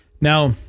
Now